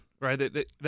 right